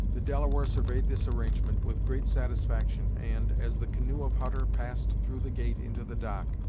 the delaware surveyed this arrangement with great satisfaction and, as the canoe of hutter passed through the gate into the dock,